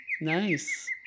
Nice